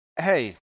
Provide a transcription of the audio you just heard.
Hey